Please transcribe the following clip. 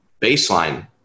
baseline